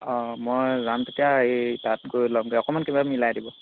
অঁ মই যাম তেতিয়া এই তাত গৈ ওলামগৈ অকণমান কিবা মিলাই দিব